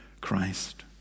Christ